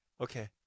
okay